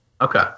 Okay